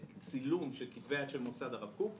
לצילום של כתבי יד של מוסד הרב קוק,